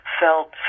felt